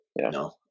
No